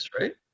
right